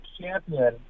champion